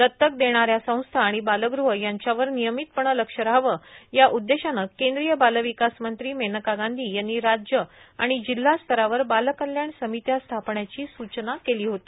दत्तक देणा या संस्था आणि बालगृह यांच्यावर नियमितपणे लक्ष रहावं या उद्देशानं केंद्रीय बालविकास मंत्री मेनका गांधी यांनी राज्य आणि जिल्हा स्तरावर बालकल्याण समित्या स्थापण्याची सूचना केली होती